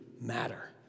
matter